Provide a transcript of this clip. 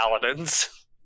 paladins